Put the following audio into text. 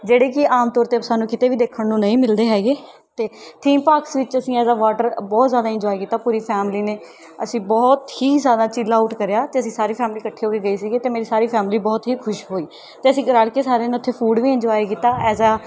ਜਿਹੜੇ ਕਿ ਆਮ ਤੌਰ 'ਤੇ ਸਾਨੂੰ ਕੀਤੇ ਵੀ ਦੇਖਣ ਨੂੰ ਨਹੀਂ ਮਿਲਦੇ ਹੈਗੇ ਅਤੇ ਥੀਮ ਪਾਰਕਸ ਵਿੱਚ ਅਸੀਂ ਐਜ ਅ ਵਾਟਰ ਬਹੁਤ ਜ਼ਿਆਦਾ ਇੰਨਜੋਏ ਕੀਤਾ ਪੂਰੀ ਫੈਮਿਲੀ ਨੇ ਅਸੀਂ ਬਹੁਤ ਹੀ ਜ਼ਿਆਦਾ ਚਿੱਲ ਆਊਟ ਕਰਿਆ ਅਤੇ ਅਸੀਂ ਸਾਰੀ ਫੈਮਿਲੀ ਇਕੱਠੀ ਹੋ ਕੇ ਗਈ ਸੀਗੀ ਅਤੇ ਮੇਰੀ ਸਾਰੀ ਫੈਮਿਲੀ ਬਹੁਤ ਹੀ ਖੁਸ਼ ਹੋਈ ਅਤੇ ਅਸੀਂ ਰਲ਼ ਕੇ ਸਾਰਿਆਂ ਨੇ ਉੱਥੇ ਫੂਡ ਵੀ ਇੰਨਜੋਏ ਕੀਤਾ ਐਜ ਅ